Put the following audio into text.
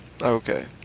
Okay